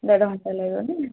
ଦେଢ଼ ଘଣ୍ଟା ଲାଗିବ ନାଇ